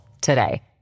today